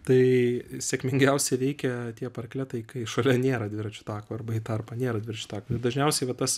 tai sėkmingiausiai veikia tie parkletai kai šalia nėra dviračių tako arba į tarpą nėra dviračių tako ir dažniausiai va tas